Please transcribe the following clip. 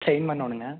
drain பண்ணணுங்க